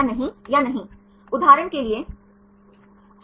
छात्र 3 तीन अवशेष